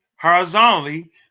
horizontally